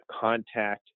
contact